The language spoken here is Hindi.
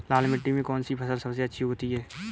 लाल मिट्टी में कौन सी फसल सबसे अच्छी उगती है?